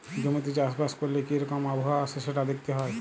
জমিতে চাষ বাস ক্যরলে কি রকম আবহাওয়া আসে সেটা দ্যাখতে হ্যয়